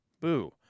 Boo